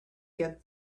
get